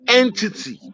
entity